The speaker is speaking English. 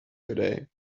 today